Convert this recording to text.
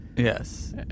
Yes